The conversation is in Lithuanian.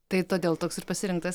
tai todėl toks ir pasirinktas